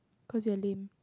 cause you're lame